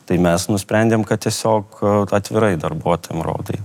tai mes nusprendėm kad tiesiog atvirai darbuotojam rodai